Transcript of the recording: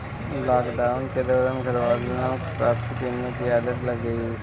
lockdown के दौरान घरवालों को कॉफी पीने की आदत लग गई